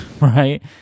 Right